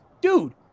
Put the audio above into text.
Dude